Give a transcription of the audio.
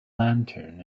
lantern